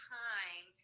time